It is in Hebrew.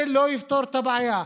זה לא יפתור את הבעיה.